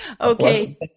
okay